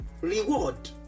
Reward